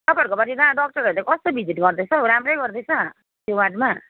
तपाईँहरूको पट्टि त्यहाँ डक्टरहरूले कस्तो भिजिट गर्दैछ हो राम्रै गर्दैछ त्यो वार्डमा